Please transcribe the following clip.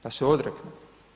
Da se odreknem.